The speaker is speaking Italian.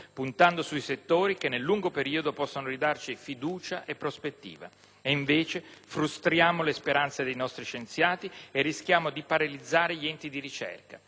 puntando sui settori che, nel lungo periodo, possono ridarci fiducia e prospettiva. E invece frustriamo le speranze dei nostri scienziati e rischiamo di paralizzare gli enti di ricerca.